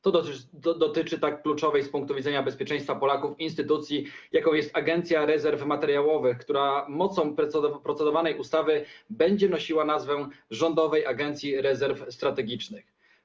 To dotyczy tak kluczowej z punktu widzenia bezpieczeństwa Polaków instytucji, jaką jest Agencja Rezerw Materiałowych, która mocą procedowanej ustawy będzie nosiła nazwę: Rządowa Agencja Rezerw Strategicznych.